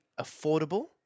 affordable